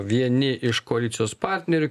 vieni iš koalicijos partnerių